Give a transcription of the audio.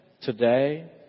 today